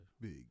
Big